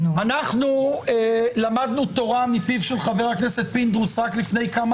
אנחנו למדנו תורה מפיו של חבר הכנסת פינדרוס רק לפני כמה